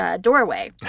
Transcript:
doorway